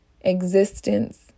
existence